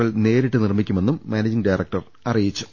L നേരിട്ട് നിർമ്മിക്കുമെന്നും managing director പറഞ്ഞു